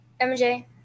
MJ